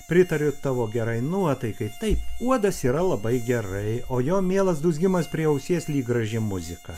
pritariu tavo gerai nuotaikai taip uodas yra labai gerai o jo mielas dūzgimas prie ausies lyg graži muzika